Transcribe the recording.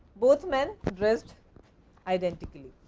both men dressed identically.